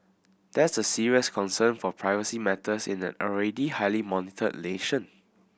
that's a serious concern for privacy matters in an already highly monitored nation